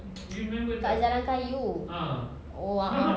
dekat jalan kayu oh a'ah